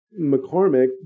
McCormick